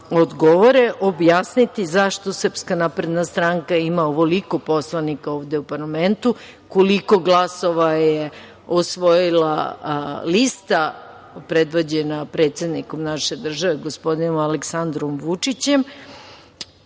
odgovore, objasniti zašto SNS ima ovoliko poslanika ovde u parlamentu, koliko glasova je osvojila lista predvođena predsednikom naše države, gospodinom Aleksandrom Vučićem